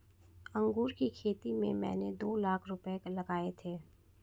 अंगूर की खेती में मैंने दो लाख रुपए लगाए थे